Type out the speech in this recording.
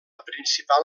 principal